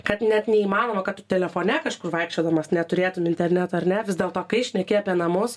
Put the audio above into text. kad net neįmanoma kad telefone kažkur vaikščiodamas neturėtum interneto ar ne vis dėlto kai šneki apie namus